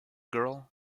girl